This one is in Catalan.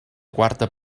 quarta